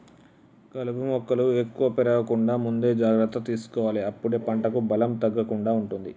కలుపు మొక్కలు ఎక్కువ పెరగకుండా ముందే జాగ్రత్త తీసుకోవాలె అప్పుడే పంటకు బలం తగ్గకుండా ఉంటది